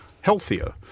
healthier